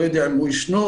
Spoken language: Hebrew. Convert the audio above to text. אני לא יודע אם הוא ישנו.